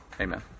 Amen